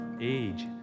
age